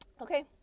okay